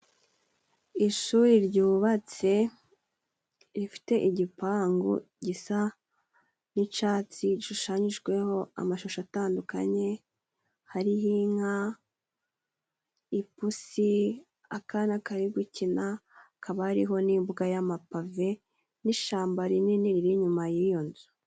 Ishuri ryubatse rifite igipangu gisa n'icatsi gishushanyijweho amashusho atandukanye hari inka, ipusi, akana kari gukina, kababa hariho n'imbwa n'amapave, n'ishamba rinini riri inyuma y'iyo nzu.